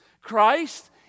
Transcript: Christ